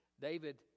David